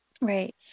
right